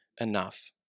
enough